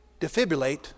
defibrillate